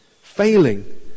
Failing